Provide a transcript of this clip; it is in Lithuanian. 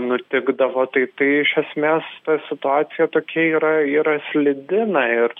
nutikdavo tai tai iš esmės ta situacija tokia yra yra slidi na ir